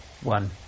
one